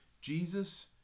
Jesus